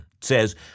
says